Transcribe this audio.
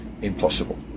impossible